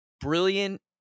brilliant